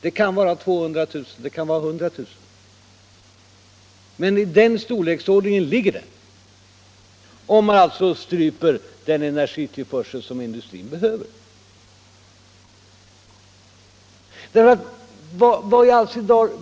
Det kan vara 200 000, det kan vara 100 000, men i den storleksordningen ligger det, om man stryper den energitillförsel som industrin behöver.